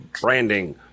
branding